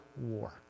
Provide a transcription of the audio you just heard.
war